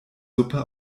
suppe